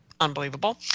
unbelievable